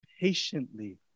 patiently